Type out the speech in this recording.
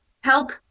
help